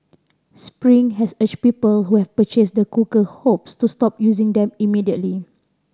spring has urged people who have purchased the cooker hobs to stop using them immediately